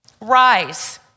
rise